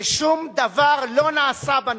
ושום דבר לא נעשה בנושא.